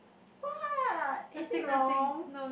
what is it wrong